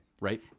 Right